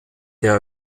der